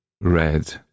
Red